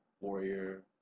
warrior